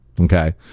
okay